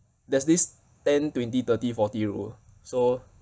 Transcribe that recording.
there's this ten twenty thirty forty rule so